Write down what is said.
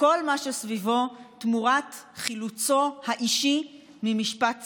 כל מה שסביבו תמורת חילוצו האישי ממשפט צדק.